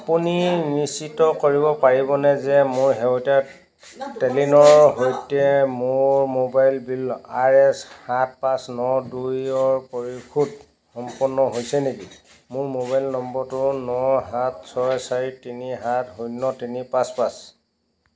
আপুনি নিশ্চিত কৰিব পাৰিবনে যে মোৰ শেহতীয়া টেলিনৰ সৈতে মোৰ মোবাইল বিলৰ আৰ এছ সাত পাঁচ ন দুইৰ পৰিশোধ সম্পন্ন হৈছে নেকি মোৰ মোবাইল নম্বৰটো ন সাত ছয় চাৰি তিনি সাত শূন্য তিনি পাঁচ পাঁচ